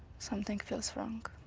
something feels wrong.